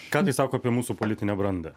ką tai sako apie mūsų politinę brandą